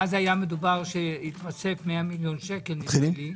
ואז היה מדובר שיתוסף 100 מיליון שקל נדמה לי,